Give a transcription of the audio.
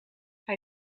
hij